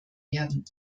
werden